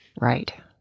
Right